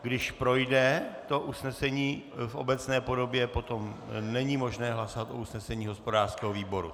Když projde to usnesení v obecné podobě, potom není možné hlasovat o usnesení hospodářského výboru.